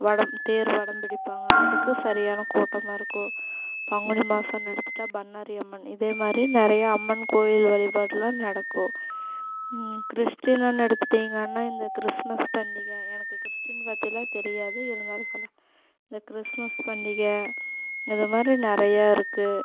வடம் தேர் வடம்பிடிப்பாங்க அதற்கு சரியான கூட்டமாக இருக்கும் பங்குனி மாசன் எடுத்துகிட்டா பண்ணாரி அம்மன் இதே மாதிரி நிறைய அம்மன் கோயில் வழிபாட்டைல்லாம் நடக்கும் கிறிஸ்ட்டினுன்னு எடுத்துகிட்டிங்கன்னா இந்த கிறிஸ்துமஸ் பண்டிகை எனக்கு கிறிஸ்ட்டின் பற்றில்லாம் தெரியாது இருந்தாலும் சொல்லுறன் இந்த கிறிஸ்துமஸ் பண்டிகை இந்த மாதிரி நிறைய இருக்கு